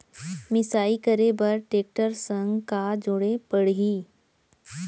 मिसाई करे बर टेकटर संग का जोड़े पड़ही?